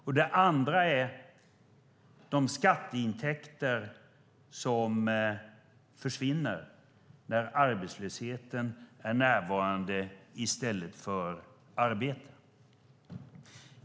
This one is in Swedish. För det andra handlar det om de skatteintäkter som försvinner när arbetslösheten är närvarande i stället för arbete.